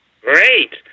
Great